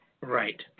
Right